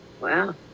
Wow